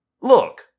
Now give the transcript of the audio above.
Look